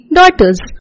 daughters